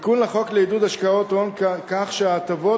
תיקון לחוק לעידוד השקעות הון כך שההטבות